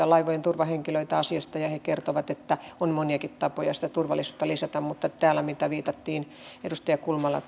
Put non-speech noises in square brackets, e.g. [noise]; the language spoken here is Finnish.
[unintelligible] laivojen turvahenkilöitä asiasta ja he kertoivat että on moniakin tapoja sitä turvallisuutta lisätä mutta kun täällä viitattiin edustaja kulmala [unintelligible]